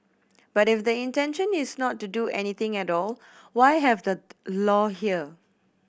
but if the intention is not to do anything at all why have the law there